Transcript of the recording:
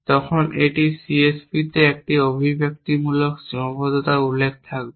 তখন এটি C S P তে একটি অভিব্যক্তিমূলক সীমাবদ্ধতার উল্লেখ থাকবে